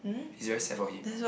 is very sad for him